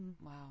Wow